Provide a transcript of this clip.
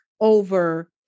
over